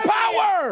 power